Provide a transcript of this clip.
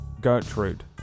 Gertrude